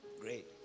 Great